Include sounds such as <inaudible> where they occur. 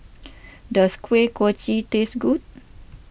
<noise> does Kuih Kochi taste good